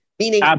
Meaning